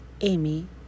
Amy